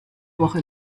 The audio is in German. woche